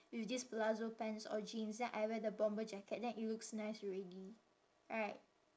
with this palazzo pants or jeans then I wear the bomber jacket then it looks nice already right